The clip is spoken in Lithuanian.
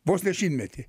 vos ne šimtmetį